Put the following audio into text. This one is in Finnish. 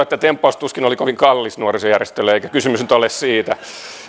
että tempaus tuskin oli kovin kallis nuorisojärjestölle eikä kysymys nyt ole siitä